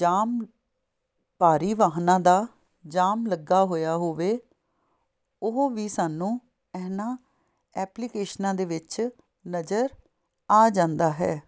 ਜਾਮ ਭਾਰੀ ਵਾਹਨਾਂ ਦਾ ਜਾਮ ਲੱਗਾ ਹੋਇਆ ਹੋਵੇ ਉਹ ਵੀ ਸਾਨੂੰ ਇਹਨਾਂ ਐਪਲੀਕੇਸ਼ਨਾਂ ਦੇ ਵਿੱਚ ਨਜ਼ਰ ਆ ਜਾਂਦਾ ਹੈ